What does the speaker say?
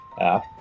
app